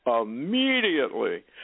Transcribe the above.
Immediately